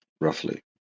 roughly